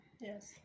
yes